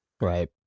Right